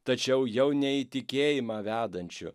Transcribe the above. tačiau jau ne į tikėjimą vedančiu